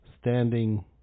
standing